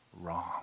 wrong